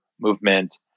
movement